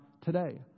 today